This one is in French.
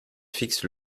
fixe